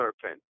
serpent